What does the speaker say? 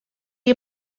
you